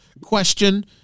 question